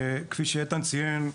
כפי שאיתן ציין,